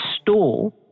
store